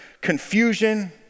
confusion